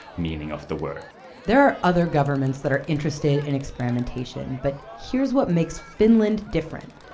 meaning of the word there are other governments that are interested in experimentation. but here's what makes finland different.